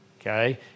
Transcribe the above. okay